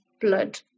blood